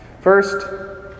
First